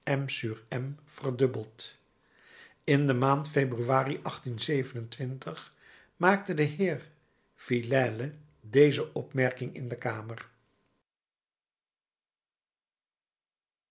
m verdubbeld in de maand februari maakte de heer villèle deze opmerking in de kamer